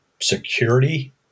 security